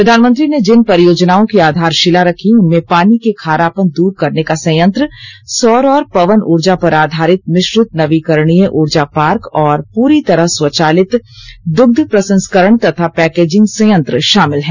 प्रधानमंत्री ने जिन परियोजनाओं की आधारशिला रखी उनमें पानी के खारापन दूर करने का संयत्र सौर और पवन ऊर्जा पर आधारित मिश्रित नवीकरणीय ऊर्जा पार्क और पूरी तरह स्वचालित दुग्ध प्रसंस्करण तथा पैकेजिंग संयंत्र शामिल हैं